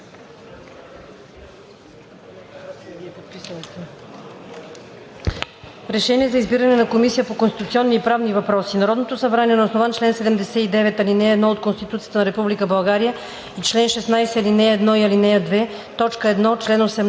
РЕШЕНИЕ за избиране на Комисия по конституционни и правни въпроси Народното събрание на основание чл. 79, ал. 1 от Конституцията на Република България и чл. 16, ал. 1 и ал. 2, т.